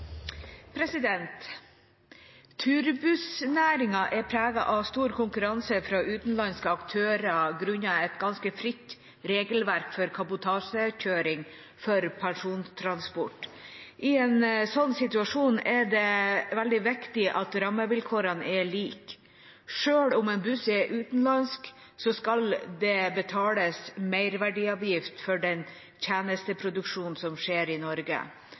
utanlandske aktørar grunna eit ganske fritt regelverk for kabotasjekøyring for persontransport. I ein slik situasjon er det svært viktig at råmevilkåra er like. Sjølv om ein buss er utanlandsk, så skal det svarast meirverdiavgift for den tenesteproduksjonen som skjer i Noreg.